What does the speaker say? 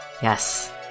yes